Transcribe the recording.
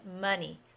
money